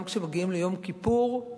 גם כשמגיעים ליום כיפור,